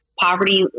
poverty